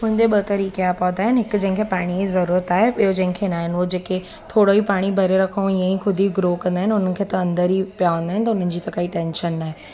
हूंदे ॿ तरीक़े जा पौधा आहिनि हिकु जंहिंखे पाणीअ जी ज़रूरत आहे ॿियो जंहिंखे न आहिनि उहे जेके थोरो ई पाणी भरे रखूं ईअं ई ख़ुदि ई ग्रो कंदा आहिनि हुननि खे त अंदरि ई पिया हूंदा आहिनि त हुननि जी त काई टेंशन न आहे